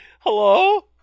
Hello